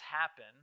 happen